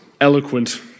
eloquent